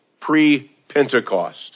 pre-Pentecost